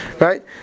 right